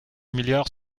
milliards